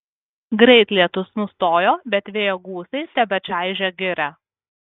greit lietus nustojo bet vėjo gūsiai tebečaižė girią